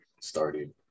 started